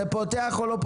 את מדברת על 31(א)?